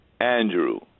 Andrew